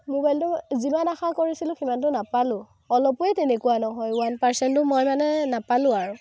মোবাইলটো যিমান আশা কৰিছিলোঁ সিমানতো নাপালোঁ অলপোৱেই তেনেকুৱা নহয় ওৱান পাৰ্চেণ্টো মই মানে নাপালোঁ আৰু